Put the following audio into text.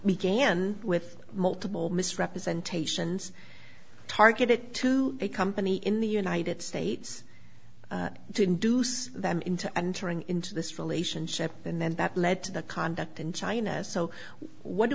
began with multiple misrepresentations targeted to a company in the united states to induce them into entering into this relationship and then that led to the conduct in china so what do